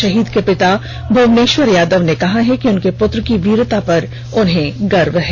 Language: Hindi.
शहीद के पिता भुर्वेनष्वर यादव ने कहा कि उनके पुत्र की वीरता पर उन्हें गर्व है